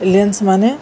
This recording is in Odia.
ଏଲିଏନ୍ସମାନେ